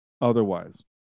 otherwise